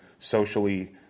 socially